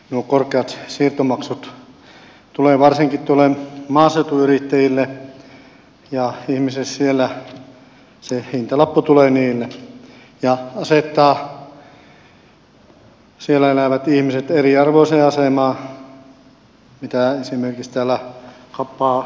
nuo korkeat siirtomaksut tulevat varsinkin maaseutuyrittäjille ja ihmisille siellä se hintalappu tulee ja asettaa siellä elävät ihmiset eriarvoiseen asemaan kuin esimerkiksi täällä pääkaupunkiseudulla